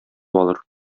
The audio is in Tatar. алыр